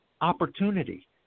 opportunity